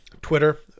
Twitter